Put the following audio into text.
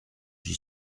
j’y